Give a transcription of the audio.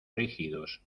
rígidos